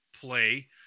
play